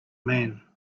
man